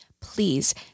please